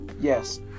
yes